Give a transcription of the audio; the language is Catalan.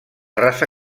raça